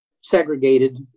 segregated